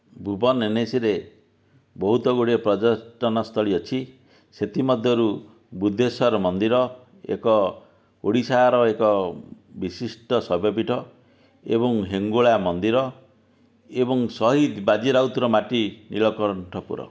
ଭୁବନ ଏନ୍ଏସିରେ ବହୁତ ଗୁଡ଼ିଏ ପର୍ଯ୍ୟଟନ ସ୍ଥଳୀ ଅଛି ସେଥିମଧ୍ୟରୁ ବୁଦ୍ଧେଶ୍ବର ମନ୍ଦିର ଏକ ଓଡ଼ିଶାର ଏକ ବିଶିଷ୍ଟ ଶୈବପୀଠ ଏବଂ ହିଙ୍ଗୁଳା ମନ୍ଦିର ଏବଂ ଶହୀଦ ବାଜି ରାଉତର ମାଟି ନୀଳକଣ୍ଠପୁର